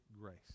grace